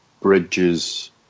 bridges